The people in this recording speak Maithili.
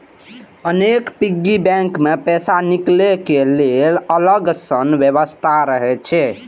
अनेक पिग्गी बैंक मे पैसा निकालै के लेल अलग सं व्यवस्था रहै छै